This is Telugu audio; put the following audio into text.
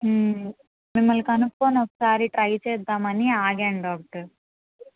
మిమ్మల్ని కనుక్కొని ఒకసారి ట్రై చేద్దామని ఆగాను డాక్టర్